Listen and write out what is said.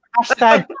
Hashtag